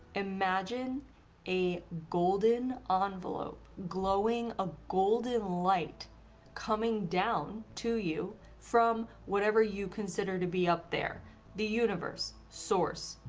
imagine a golden um envelope glowing a golden light coming down to you from whatever you consider to be up there the universe, source,